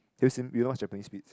have you seen you know what is Japanese